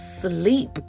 sleep